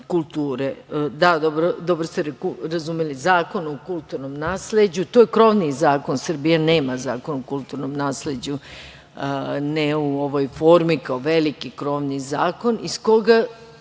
dobro ste razumeli, Zakon o kulturnom nasleđu je krovni zakon, Srbija nema zakon o kulturnom nasleđu, ne u ovoj formi, kao veliki krovni zakon